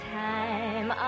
time